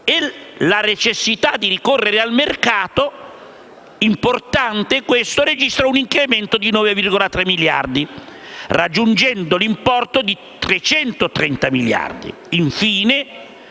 la necessità di ricorrere al mercato - dato importante - registra un incremento di 9,3 miliardi, raggiungendo l'importo di 330 miliardi